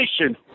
Nation